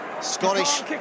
Scottish